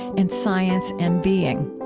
and science and being.